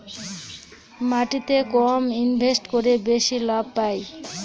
মাটিতে কম ইনভেস্ট করে বেশি লাভ পাই